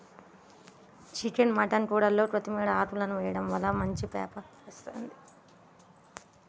chicken mutton కూరల్లో కొత్తిమీర ఆకులను వేయడం వలన మంచి ఫ్లేవర్ వస్తుంది